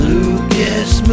Lucas